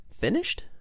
finished